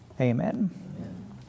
Amen